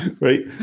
right